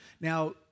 Now